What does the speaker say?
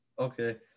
Okay